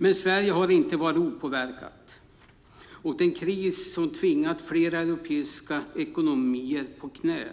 Men Sverige har inte varit opåverkat, och den kris som tvingat flera europeiska ekonomier på knä